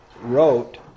wrote